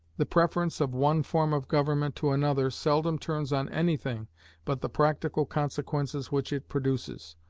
the preference of one form of government to another seldom turns on anything but the practical consequences which it produces,